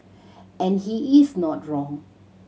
and he is not wrong